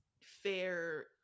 fair